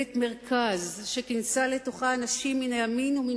מפלגת מרכז שכינסה לתוכה אנשים מן הימין ומן